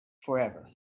forever